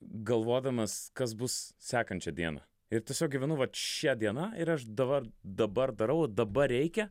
galvodamas kas bus sekančią dieną ir tiesiog gyvenu va šia diena ir aš davar dabar darau dabar reikia